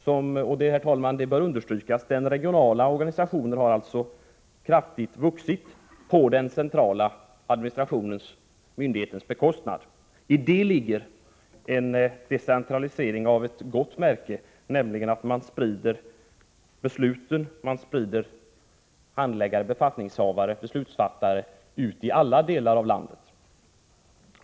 Det bör, herr talman, understrykas att den regionala organisationen har vuxit kraftigt på den centrala myndighetens bekostnad. I det ligger en decentralisering av ett gott märke, nämligen att man sprider besluten, handläggare, befattningshavare och beslutsfattare ut i alla delar av landet.